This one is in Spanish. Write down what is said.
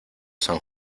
san